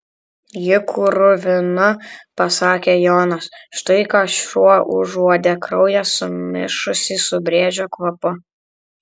ji kruvina pasakė jonas štai ką šuo užuodė kraują sumišusį su briedžio kvapu